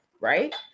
Right